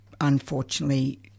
unfortunately